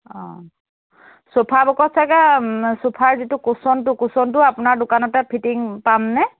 অঁ চোফাবোৰত চাগে চোফাৰ যিটো কোশ্বনটো কোশ্বনটো আপোনাৰ দোকানতে ফিটিং পামনে